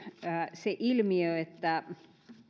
se ilmiö että